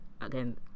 again